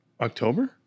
October